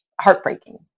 heartbreaking